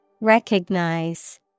recognize